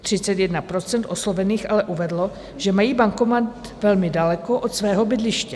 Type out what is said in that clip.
Třicet jedna procent oslovených ale uvedlo, že mají bankomat velmi daleko od svého bydliště.